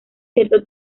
cierto